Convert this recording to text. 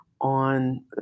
on